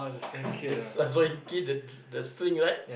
the the swing right